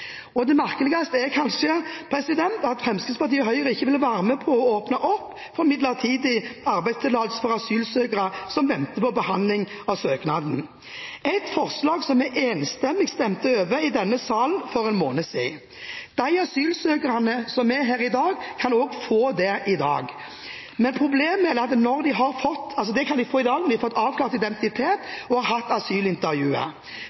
Det merkeligste er kanskje at Fremskrittspartiet og Høyre ikke vil være med på å åpne opp for midlertidig arbeidstillatelse for asylsøkere som venter på behandling av søknaden – et forslag som ble enstemmig vedtatt i denne salen for en måned siden. De asylsøkerne som er her i dag, kan også få det i dag når de har fått avklart identiteten og gjennomgått asylintervjuet. Problemet er at